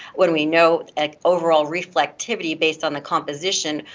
when we know overall reflectivity based on the composition,